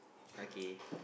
okay